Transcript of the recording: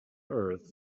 earth